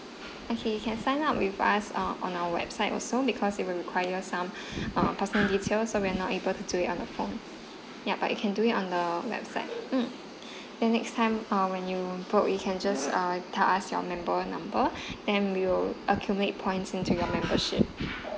okay you can sign up with us uh on our website also because it will require some uh personal details so we are not able to do it on the phone yup but you can do it on the website mm the next time uh when you book you can just uh tell us your member number then we will accumulate points into your membership